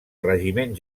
regiment